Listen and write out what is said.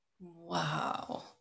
Wow